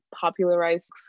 popularized